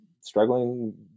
struggling